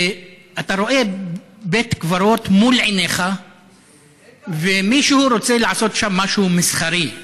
ואתה רואה בית קברות מול עיניך ומישהו רוצה לעשות שם משהו מסחרי,